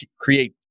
create